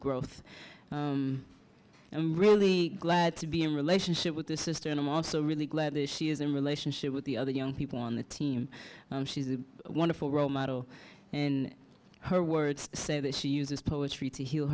growth and i'm really glad to be in relationship with the sister and i'm also really glad that she is in relationship with the other young people on the team and she's a wonderful role model in her words say that she uses poetry to heal